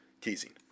Teasing